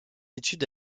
étude